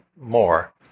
more